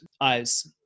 eyes